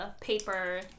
paper